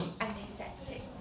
antiseptic